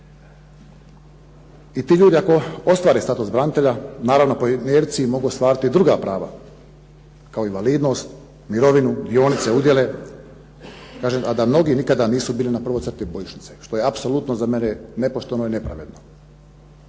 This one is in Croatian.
I tu ljudi ako ostvare status branitelja, naravno po inerciji mogu ostvariti druga prava kao invalidnost, mirovinu, dionice, udjele, a da mnogi nikada nisu bili na prvoj crti bojišnice što je apsolutno za mene nepošteno i nepravedno.